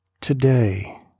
today